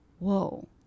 whoa